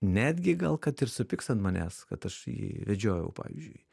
netgi gal kad ir supyks ant manęs kad aš jį vedžiojau pavyzdžiui